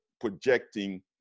projecting